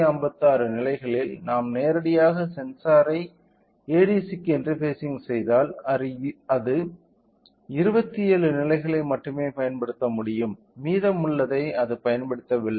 256 நிலைகளில் நாம் நேரடியாக சென்சாரை ADC க்கு இன்டர்ஃபேசிங் செய்தால் அது 27 நிலைகளை மட்டுமே பயன்படுத்த முடியும் மீதமுள்ளதை அது பயன்படுத்தவில்லை